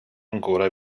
ancora